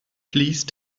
please